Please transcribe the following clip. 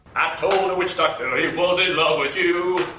i told the witch doctor he was in love with you